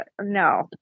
no